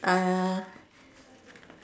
err